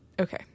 Okay